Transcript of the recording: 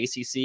ACC